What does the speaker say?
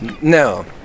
No